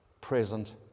present